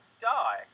die